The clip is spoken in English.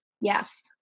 Yes